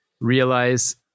realize